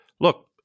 Look